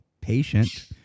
patient